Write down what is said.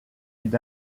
une